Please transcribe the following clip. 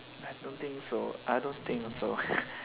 I don't think so I don't think also